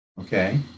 okay